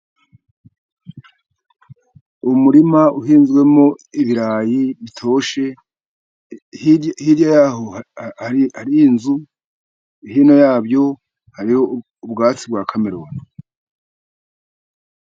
Umurima uhinzwemo ibirayi bitoshye. Hirya y'aho hariho inzu, hino yabyo hariho ubwatsi bwa kameroni.